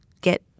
get